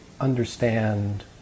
understand